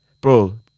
bro